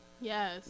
Yes